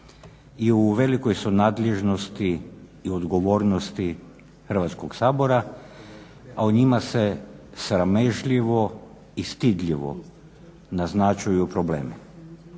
i u velikoj su nadležnosti i odgovornosti Hrvatskog sabora, a o njima se sramežljivo i stidljivo naznačuju problemi